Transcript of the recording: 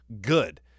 Good